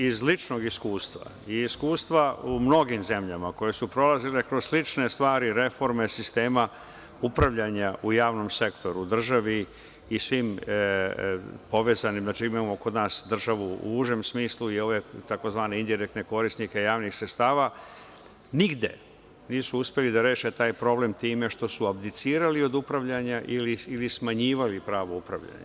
Iz ličnog iskustva i iskustva u mnogim zemljama koje su prolazile kroz slične stvari, reforme sistema upravljanja u javnom sektoru u državi i svim povezanim, znači, imamo kod nas državu u užem smislu i ove tzv. indirektne korisnike javnih sredstva, nigde nisu uspeli da reše taj problem time što su abdicirali od upravljanja ili smanjivali pravo upravljanja.